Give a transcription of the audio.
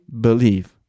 believe